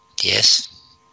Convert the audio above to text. yes